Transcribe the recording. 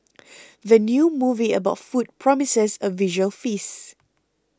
the new movie about food promises a visual feast